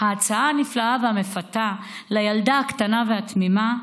הצעה נפלאה ומפתה לילדה הקטנה והתמימה.